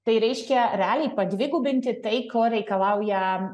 tai reiškia realiai padvigubinti tai ko reikalauja